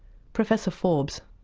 professor forbes.